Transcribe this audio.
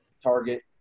target